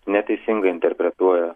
neteisingai interpretuoja